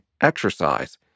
exercise